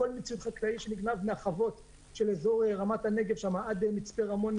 הכול מציוד חקלאי שנגנב מהחוות של אזור רמת הנגב עד מצפה רמון,